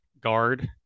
guard